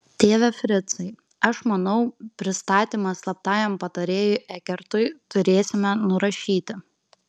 tėve fricai aš manau pristatymą slaptajam patarėjui ekertui turėsime nurašyti